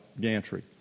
Gantry